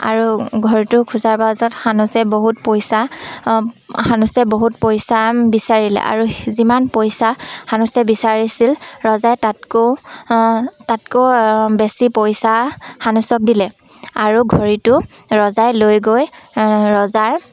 আৰু ঘৰটো খোজাৰ পাছত সানুচে বহুত পইচা সানুচে বহুত পইচা বিচাৰিলে আৰু যিমান পইচা সানুচে বিচাৰিছিল ৰজাই তাতকৈও তাতকৈও বেছি পইচা সানুচক দিলে আৰু ঘড়ীটো ৰজাই লৈ গৈ ৰজাৰ